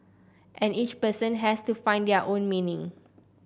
and each person has to find their own meaning